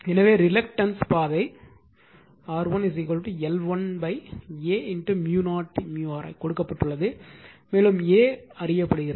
எனவே ரிலக்டன்ஸ் பாதை 1 R1 L1 A µ0 µr கொடுக்கப்பட்டுள்ளது மேலும் A அறியப்படுகிறது